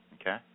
Okay